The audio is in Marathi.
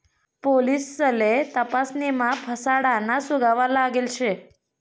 पोलिससले तपासणीमा फसाडाना सुगावा लागेल शे